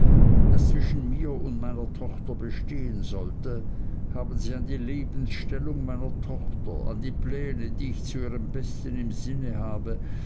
das zwischen mir und meiner tochter bestehen sollte haben sie an die lebensstellung meiner tochter an die pläne die ich zu ihrem besten im sinne habe